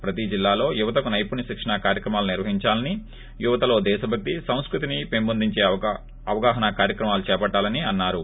ప్రతి జిల్లాలో యువతకు నైపుణ్య శిక్షణా కార్యక్రమాలు నిర్వహించాలని యువతలో దేశభక్తి సంస్కృతిని పెంపొందించే అవగాహన కార్యక్రమాలు చేపట్టాలని అన్నారు